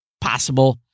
possible